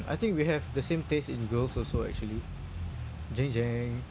I think we have the same taste in girls also actually jeng jeng